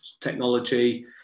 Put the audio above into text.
technology